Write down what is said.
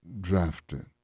drafted